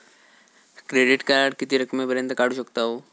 Credit card किती रकमेपर्यंत काढू शकतव?